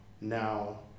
Now